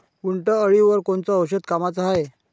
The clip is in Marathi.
उंटअळीवर कोनचं औषध कामाचं हाये?